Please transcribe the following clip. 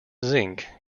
zinc